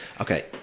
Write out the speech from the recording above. Okay